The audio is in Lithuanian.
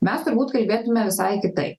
mes turbūt kalbėtume visai kitaip